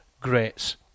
greats